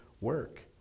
work